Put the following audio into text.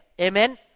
Amen